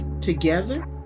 together